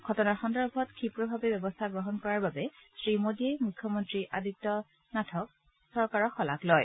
ঘটনাৰ সন্দৰ্ভত ক্ষীপ্ৰভাৱে ব্যৱস্থা গ্ৰহণ কৰাৰ বাবে শ্ৰীমোডীয়ে মুখ্যমন্ত্ৰী আদিত্য নাথৰ চৰকাৰক শলাগ লয়